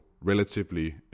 relatively